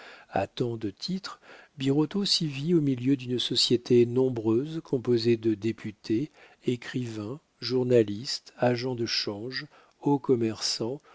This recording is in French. à tant de titres birotteau s'y vit au milieu d'une société nombreuse composée de députés écrivains journalistes agents de change hauts commerçants